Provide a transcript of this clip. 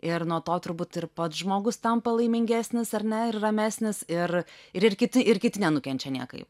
ir nuo to turbūt ir pats žmogus tampa laimingesnis ar ne ir ramesnis ir ir kiti ir kiti nenukenčia niekaip